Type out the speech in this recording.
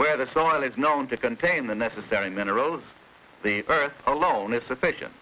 where the sun is known to contain the necessary minerals the earth alone is sufficient